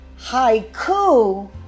haiku